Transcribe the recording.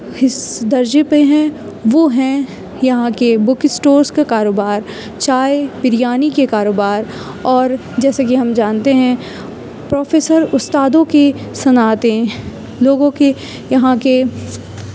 حس درجے پہ ہیں وہ ہیں یہاں کے بک اسٹورس کے کاروبار چائے بریانی کے کاروبار اور جیسے کہ ہم جانتے ہیں پروفیسر استادوں کی صنعتیں لوگوں کے یہاں کے